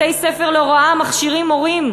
בתי-ספר להוראה מכשירים מורים.